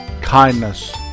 Kindness